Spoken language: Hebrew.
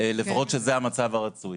לפחות שזה המצב הרצוי.